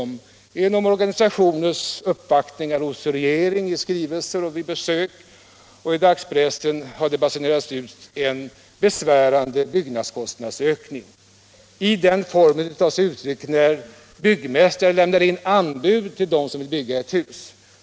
Genom organisationers uppvaktningar hos regeringen, i skrivelser, vid besök och i dagspressen har det basunerats ut att det skett en besvärande byggnadskostnadsökning, när byggmästare lämnat in anbud till dem som vill bygga ett hus.